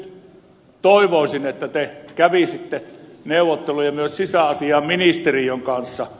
nyt toivoisin että te kävisitte neuvotteluja myös sisäasiainministeriön kanssa